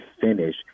finish